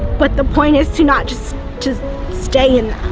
but the point is to not just just stay in